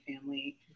family